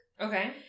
okay